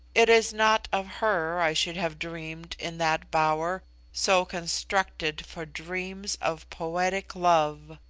it is not of her i should have dreamed in that bower so constructed for dreams of poetic love.